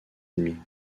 ennemis